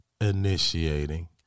initiating